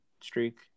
streak